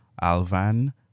Alvan